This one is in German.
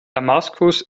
damaskus